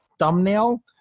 Thumbnail